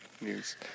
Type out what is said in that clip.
news